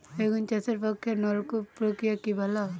বেগুন চাষের পক্ষে নলকূপ প্রক্রিয়া কি ভালো?